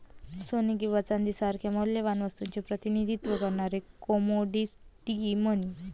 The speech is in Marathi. सोने किंवा चांदी सारख्या मौल्यवान वस्तूचे प्रतिनिधित्व करणारे कमोडिटी मनी